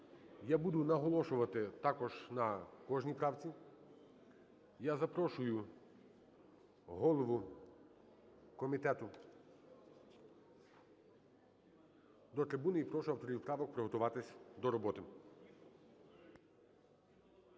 я буду наголошувати також на кожній правці. Я запрошую голову комітету до трибуни. І прошу авторів правок приготуватись до роботи.